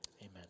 Amen